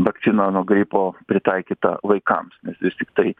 vakcina nuo gripo pritaikyta vaikams nes vis tiktai